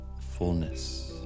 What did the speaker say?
fullness